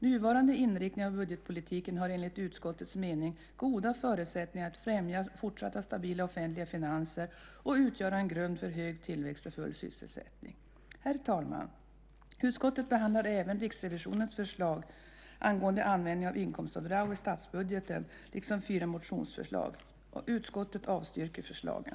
Nuvarande inriktning av budgetpolitiken har enligt utskottets mening goda förutsättningar att främja fortsatt stabila offentliga finanser och utgöra en grund för hög tillväxt och full sysselsättning. Herr talman! Utskottet behandlar även Riksrevisionens förslag angående användningen av inkomstavdrag i statsbudgeten liksom fyra motionsförslag. Utskottet avstyrker förslagen.